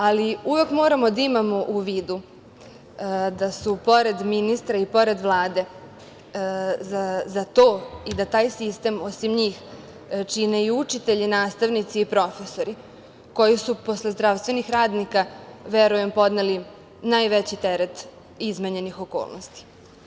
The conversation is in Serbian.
Ali, uvek moramo da imamo u vidu da su pored ministra i pored Vlade za to i da taj sistem osim njih, čine i učitelji, nastavnici i profesori, koji su posle zdravstvenih radnika, verujem, podneli najveći teret izmenjenih okolnosti.